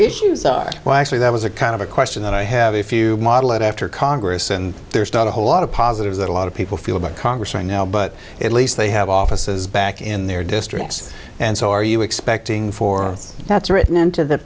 issues are well actually that was a kind of a question that i have if you modeled after congress and there's not a whole lot of positives that a lot of people feel about congress right now but at least they have offices back in their districts and so are you expecting for us that's written into the